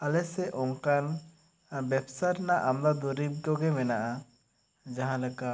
ᱟᱞᱮ ᱥᱮᱫ ᱚᱱᱠᱟᱱ ᱵᱮᱵᱽᱥᱟ ᱨᱮᱱᱟᱜ ᱟᱢᱵᱟ ᱫᱩᱨᱤᱵᱽ ᱠᱚᱜᱮ ᱢᱮᱱᱟᱜᱼᱟ ᱡᱟᱦᱟᱸ ᱞᱮᱠᱟ